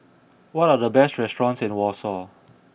what are the best restaurants in Warsaw